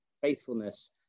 faithfulness